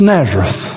Nazareth